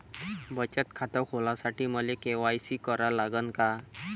बचत खात खोलासाठी मले के.वाय.सी करा लागन का?